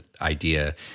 idea